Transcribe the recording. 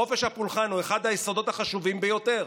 חופש הפולחן הוא אחד היסודות החשובים ביותר.